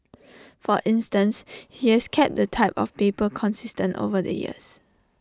for instance he has kept the type of paper consistent over the years